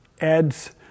adds